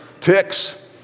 ticks